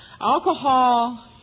Alcohol